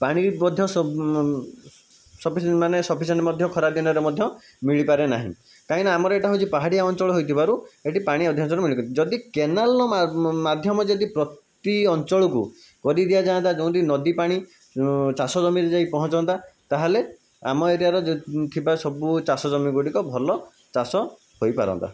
ପାଣି ବି ମଧ୍ୟ ସଫିସେଣ୍ଟ ମାନେ ସଫିସେଣ୍ଟ ମଧ୍ୟ ଖରାଦିନରେ ମଧ୍ୟ ମିଳିପାରେନାହିଁ କାହିଁକିନା ଆମର ଏଇଟା ହେଉଛି ପାହାଡ଼ିଆ ଅଞ୍ଚଳ ହୋଇଥିବାରୁ ଏଇଠି ପାଣି ଅଧିକାଂଶରେ ଯଦି କେନାଲ ମାଧ୍ୟମ ଯଦି ପ୍ରତି ଅଞ୍ଚଳକୁ କରିଦିଆଯାଆନ୍ତା ଯେଉଁଟି ନଦୀ ପାଣି ଚାଷ ଜମିରେ ଯାଇପହଁଞ୍ଚନ୍ତା ତାହେଲେ ଆମ ଏରିଆର ଥିବା ସବୁ ଚାଷ ଜମି ଗୁଡ଼ିକ ଭଲ ଚାଷ ହୋଇପାରନ୍ତା